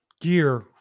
gear